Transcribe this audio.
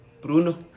Bruno